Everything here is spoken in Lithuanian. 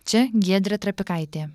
čia giedrė trapikaitė